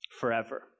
Forever